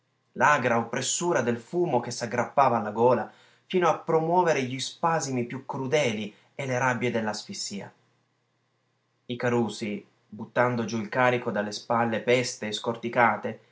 respiro l'agra oppressura del fumo che s'aggrappava alla gola fino a promuovere gli spasimi più crudeli e le rabbie dell'asfissia i carusi buttando giù il carico dalle spalle peste e scorticate